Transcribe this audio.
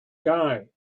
guy